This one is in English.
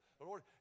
Lord